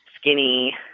skinny